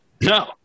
No